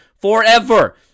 forever